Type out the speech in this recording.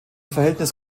verhältnis